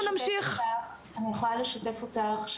אני יכולה לשתף אותך,